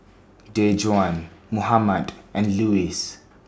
Dejuan Mohammed and Luis